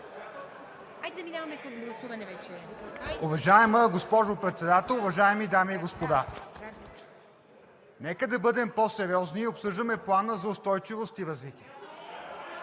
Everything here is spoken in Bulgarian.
Уважаема госпожо Председател, уважаеми дами и господа! Нека да бъдем по-сериозни, защото обсъждаме Плана за устойчивост и развитие,